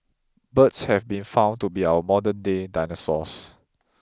birds have been found to be our modernday dinosaurs